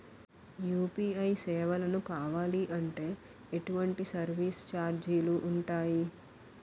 UPI సేవలను కావాలి అంటే ఎటువంటి సర్విస్ ఛార్జీలు ఉంటాయి?